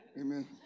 amen